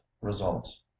results